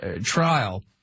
trial